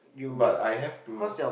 but I have to